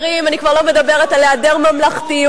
חברים, אני כבר לא מדברת על היעדר ממלכתיות.